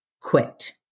Quit